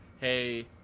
hey